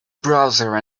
browser